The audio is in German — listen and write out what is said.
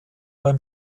beim